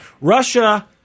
Russia